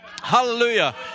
Hallelujah